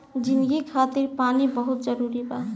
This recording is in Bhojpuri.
जिंदगी खातिर पानी बहुत जरूरी बा